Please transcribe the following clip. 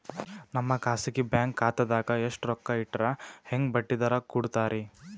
ನಮ್ಮ ಖಾಸಗಿ ಬ್ಯಾಂಕ್ ಖಾತಾದಾಗ ಎಷ್ಟ ರೊಕ್ಕ ಇಟ್ಟರ ಹೆಂಗ ಬಡ್ಡಿ ದರ ಕೂಡತಾರಿ?